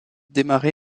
démarrer